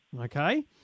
okay